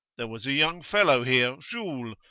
there was a young fellow here, jules,